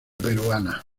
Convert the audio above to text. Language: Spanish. peruana